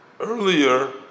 earlier